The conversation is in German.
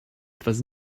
etwas